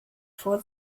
vor